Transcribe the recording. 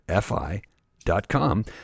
fi.com